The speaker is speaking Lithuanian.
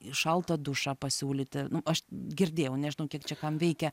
šaltą dušą pasiūlyti nu aš girdėjau nežinau kiek čia kam veikia